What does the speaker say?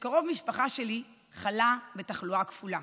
כשקרוב משפחה שלי חלה בתחלואה כפולה: